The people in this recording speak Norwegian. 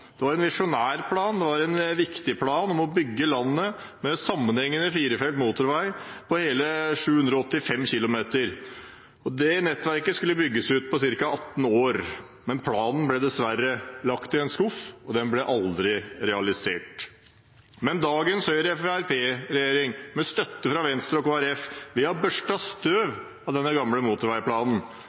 Det var en visjonær plan, det var en viktig plan om å bygge landet med sammenhengende firefelts motorvei på hele 785 km. Det nettverket skulle bygges ut på ca. 18 år. Men planen ble dessverre lagt i en skuff, og den ble aldri realisert. Men dagens Høyre–Fremskrittsparti-regjering, med støtte fra Venstre og Kristelig Folkeparti, har børstet støv av denne gamle motorveiplanen.